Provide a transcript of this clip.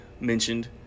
mentioned